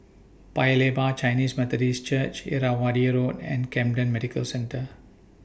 Paya Lebar Chinese Methodist Church Irrawaddy Road and Camden Medical Centre